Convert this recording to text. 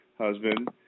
husband